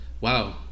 Wow